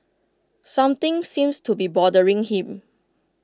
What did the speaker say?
something seems to be bothering him